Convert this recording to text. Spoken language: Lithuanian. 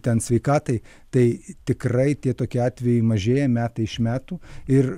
ten sveikatai tai tikrai tie tokie atvejai mažėja metai iš metų ir